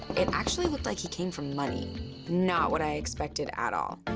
it actually looked like he came from money not what i expected at all.